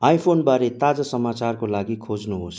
आइफोनबारे ताजा समाचारको लागि खोज्नुहोस्